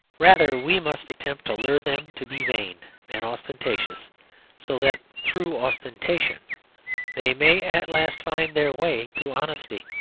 rather we must attempt to lure them to be vain and ostentatious so that through ostentation they may at last find their way to honesty.